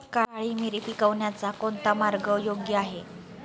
काळी मिरी पिकवण्याचा कोणता मार्ग योग्य आहे?